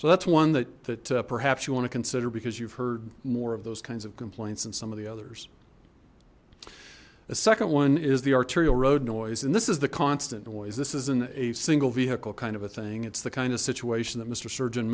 so that's one that perhaps you want to consider because you've heard more of those kinds of complaints than some of the others the second one is the arterial road noise and this is the constant noise this isn't a single vehicle kind of a thing it's the kind of situation that mister surgeon